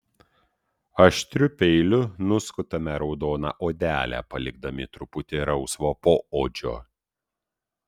aštriu peiliu nuskutame raudoną odelę palikdami truputį rausvo poodžio